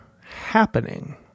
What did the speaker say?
happening